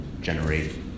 generate